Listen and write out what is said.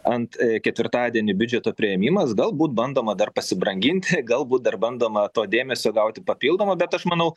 ant ketvirtadienį biudžeto priėmimas galbūt bandoma dar pasibranginti galbūt dar bandoma to dėmesio gauti papildomo bet aš manau